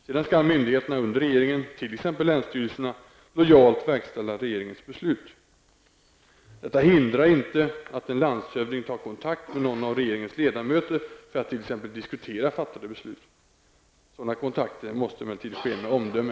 Sedan skall myndigheterna under regeringen -- t.ex. länsstyrelserna -- lojalt verkställa regeringens beslut. Detta hindrar inte att en landshövding tar kontakt med någon av regeringens ledamöter för att t.ex. diskutera fattade beslut. Sådana kontakter måste emellertid ske med omdöme.